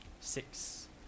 six